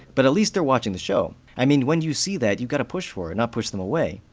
but at least they're watching the show. i mean, when you see that, you gotta push for it, not push them away.